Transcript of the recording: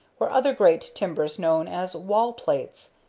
were other great timbers known as wall plates,